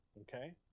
Okay